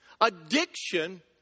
Addiction